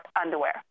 underwear